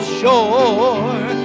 shore